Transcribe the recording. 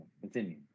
continue